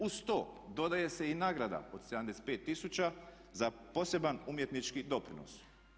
Uz to dodaje se i nagrada od 75 tisuća za poseban umjetnički doprinos.